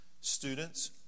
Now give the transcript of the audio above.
students